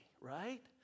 right